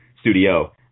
Studio